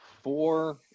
four –